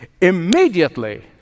immediately